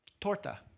Torta